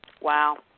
Wow